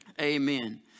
Amen